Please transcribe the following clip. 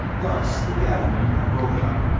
thus the gathering had broken up,